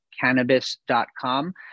cannabis.com